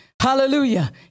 Hallelujah